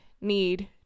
need